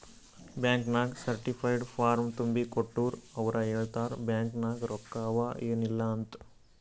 bank ನಾಗ್ certified form ತುಂಬಿ ಕೊಟ್ಟೂರ್ ಅವ್ರ ಹೇಳ್ತಾರ್ ಬ್ಯಾಂಕ್ ನಾಗ್ ರೊಕ್ಕಾ ಅವಾ ಏನ್ ಇಲ್ಲ ಅಂತ್